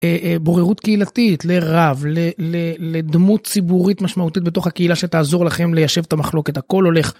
בוררות קהילתית לרב לדמות ציבורית משמעותית בתוך הקהילה שתעזור לכם ליישב את המחלוקת הכל הולך